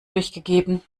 durchgegeben